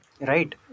right